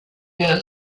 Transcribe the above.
york